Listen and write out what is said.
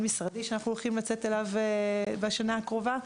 משרדי שאנחנו הולכים לצאת אליו בשנה הקרובה,